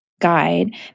guide